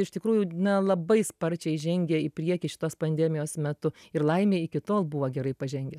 iš tikrųjų na labai sparčiai žengė į priekį šitos pandemijos metu ir laimei iki tol buvo gerai pažengęs